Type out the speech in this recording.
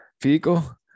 vehicle